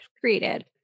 created